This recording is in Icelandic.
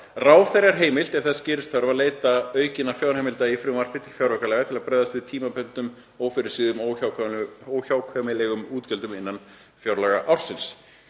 „Ráðherra er heimilt, ef þess gerist þörf, að leita aukinna fjárheimilda í frumvarpi til fjáraukalaga til að bregðast við tímabundnum, ófyrirséðum og óhjákvæmilegum útgjöldum innan fjárlagaársins